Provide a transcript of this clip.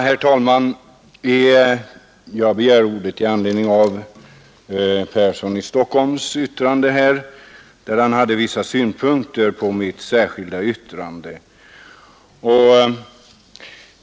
Herr talman! Jag har begärt ordet i anledning av herr Perssons i Stockholm anförande, där han framförde vissa synpunkter på mitt särskilda yttrande.